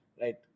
right